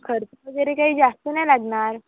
खर्च वगैरे काही जास्त नाही लागणार